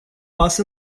pas